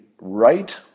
right